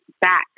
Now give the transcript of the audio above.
back